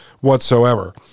whatsoever